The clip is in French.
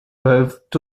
peuvent